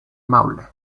maule